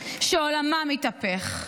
שעולמן התהפך.